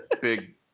big